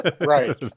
right